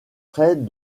près